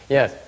Yes